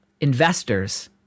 investors